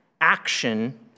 action